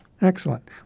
Excellent